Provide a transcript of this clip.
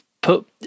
put